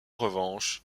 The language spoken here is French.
revanche